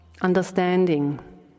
understanding